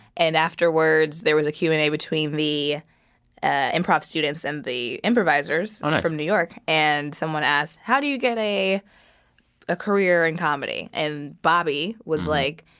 and afterwards, there was a q and a between the ah improv students and the improvisers from new york and someone asked, how do you get a a career in comedy? and bobby was like,